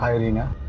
um r-reena!